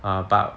err but